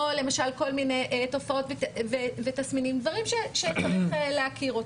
או כל מיני תופעות ותסמינים אלו דברים שצריך להכיר.